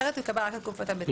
אחרת הוא יקבל רק לתקופה המצומצמת.